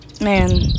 man